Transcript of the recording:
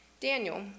Daniel